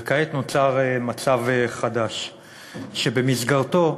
וכעת נוצר מצב חדש שבמסגרתו,